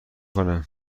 کنه